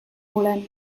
volem